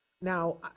Now